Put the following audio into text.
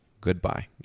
Goodbye